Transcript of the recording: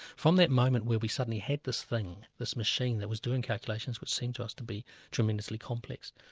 from that moment where we suddenly had this thing, this machine that was doing calculations, which seemed to us to be tremendously complex,